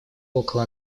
около